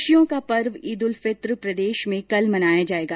खुशियों का पर्व ईद उल फित्र प्रदेश में कल मनाया जाएगा